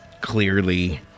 clearly